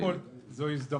קודם כל, זאת הזדמנות